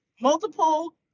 multiple